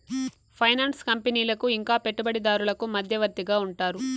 finance కంపెనీలకు ఇంకా పెట్టుబడిదారులకు మధ్యవర్తిగా ఉంటారు